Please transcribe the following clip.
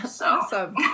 Awesome